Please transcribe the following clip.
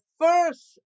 first